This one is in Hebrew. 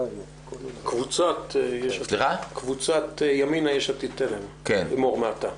קבוצת ימינה-יש עתיד-תל"ם, אמור מעתה.